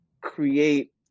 create